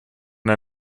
der